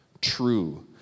true